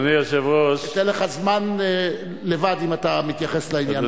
אתן לך זמן לבד, אם אתה מתייחס לעניין.